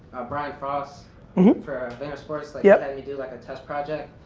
brian frost for vaynersports like yeah had me do like a test project.